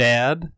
Dad